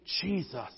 Jesus